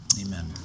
Amen